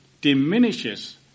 diminishes